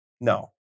no